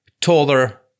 taller